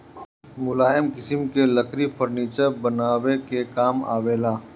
मुलायम किसिम के लकड़ी फर्नीचर बनावे के काम आवेला